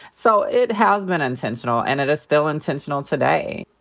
so it has been intentional, and it is still intentional today.